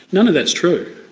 none of that is true.